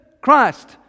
Christ